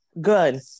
good